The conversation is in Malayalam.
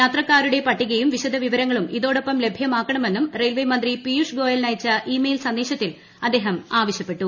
യാത്രക്കാരുടെ പട്ടികയും വിശദവിവരങ്ങളും ഇതോടൊപ്പം ലഭ്യമാക്കണമെന്നും റെയിൽവേ മന്ത്രി പിയൂഷ് ഗോയലിന് അയച്ച ഇ മെയിൽ സന്ദേശത്തിൽ അദ്ദേഹം ആവശ്യപ്പെട്ടു